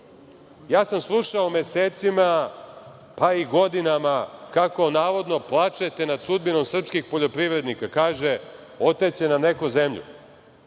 sam slušao, pa i godinama, kako navodno plačete nad sudbinom srpskih poljoprivrednika. Kaže – oteće nam neko zemlju.